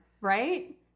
Right